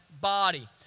body